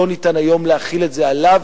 לא ניתן היום להחיל את זה עליו,